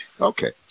Okay